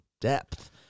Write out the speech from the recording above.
depth